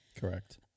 Correct